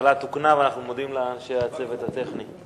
התקלה תוקנה ואנחנו מודים לאנשי הצוות הטכני.